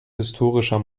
historischer